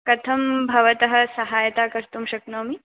कथं भवतः सहायता कर्तुं शक्नोमि